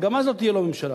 וגם אז לא תהיה לו ממשלה.